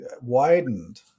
widened